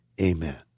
Amen